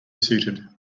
seated